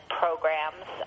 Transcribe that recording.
programs